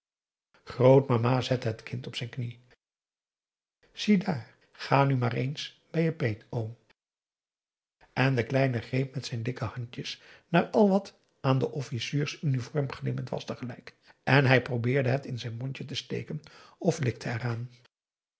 grootmama zette het kind op zijn knie ziedaar ga nu maar eens bij je peetoom en de kleine greep met zijn dikke handjes naar al wat aan de officiersuniform glimmend was tegelijk en hij probeerde het in zijn mondje te steken of likte eraan